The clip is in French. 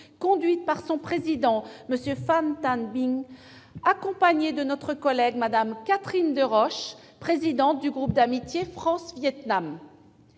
conduite par son président, M. Phan Thanh Binh. La délégation est accompagnée de notre collègue Catherine Deroche, présidente du groupe d'amitié France-Vietnam.